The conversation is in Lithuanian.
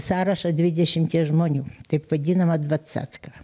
sąrašą dvidešimties žmonių taip vadinamą dvacatką